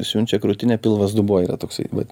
siunčia krūtinė pilvas dubuo yra toksai vat